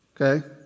Okay